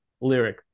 lyric